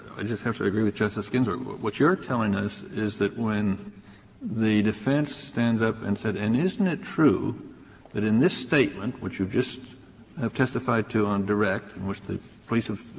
i just have to agree with justice ginsburg. what you're telling us is that when the defense stands up and said, and isn't it true that in this statement which you've just testified to on direct and which the police have